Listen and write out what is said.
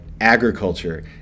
agriculture